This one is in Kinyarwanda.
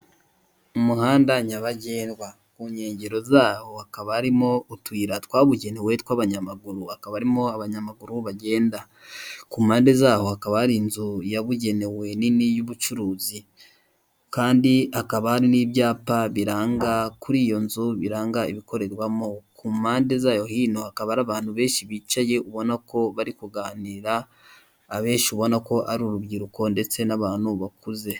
Umuhanda nyabagendwa, ku nkengero zawo hakaba harimo utuyira twabugenewe tw'abanyamaguru, hakaba harimo abanyamaguru bagenda, ku mpande zawo hakaba hari inzu yabugenewe nini y'ubucuruzi, kandi hakaba hari n'ibyapa biranga kuri iyo nzu, biranga ibikorerwamo, ku mpande zayo hino hakaba hari abantu benshi bicaye ubona ko bari kuganira, abenshi ubona ko ari urubyiruko ndetse n'abantu bakuze.